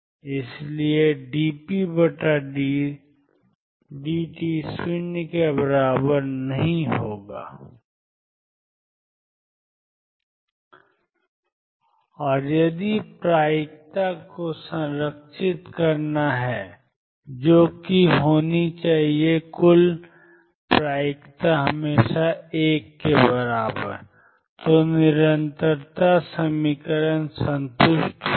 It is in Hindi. इसलिए dρdt≠0 और यदि प्रायिकता को संरक्षित करना है जो कि होनी चाहिए क्योंकि कुल प्रायिकता हमेशा 1 रहती है तो निरंतरता समीकरण संतुष्ट होगा